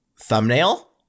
thumbnail